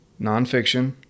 nonfiction